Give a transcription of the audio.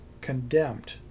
condemned